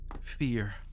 fear